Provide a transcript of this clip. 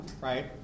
right